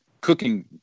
cooking